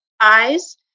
eyes